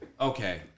Okay